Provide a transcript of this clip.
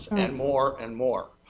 and more and more?